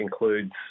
includes